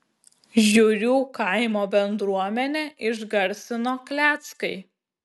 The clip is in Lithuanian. žiurių kaimo bendruomenę išgarsino kleckai